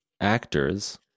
Actors